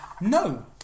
no